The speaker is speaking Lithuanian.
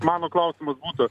mano klausimas būtų